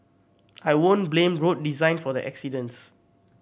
I wouldn't blame road design for the accidents